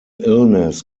illness